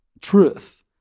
truth